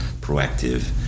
proactive